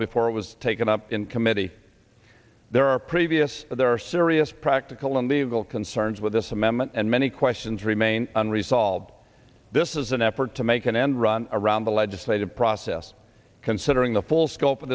before it was taken up in committee there are previous but there are serious practical and legal concerns with this amendment and many questions remain unresolved this is an effort to make an end run around the legislative process considering the full scope of